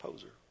Poser